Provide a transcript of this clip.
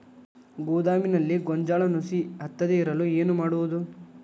ಗೋದಾಮಿನಲ್ಲಿ ಗೋಂಜಾಳ ನುಸಿ ಹತ್ತದೇ ಇರಲು ಏನು ಮಾಡುವುದು?